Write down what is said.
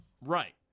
right